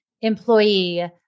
employee